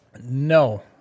No